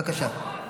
בבקשה.